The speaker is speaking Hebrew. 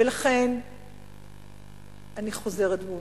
ולכן אני חוזרת ואומרת: